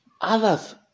Others